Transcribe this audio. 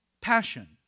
Passion